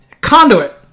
Conduit